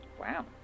Wow